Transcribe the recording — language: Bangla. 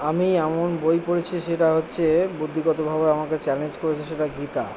আমি এমন বই পড়েছি সেটা হচ্ছে বুদ্ধিগতভাবে আমাকে চ্যালেঞ্জ করেছে সেটা গীতা